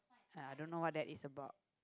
uh I don't know what that is about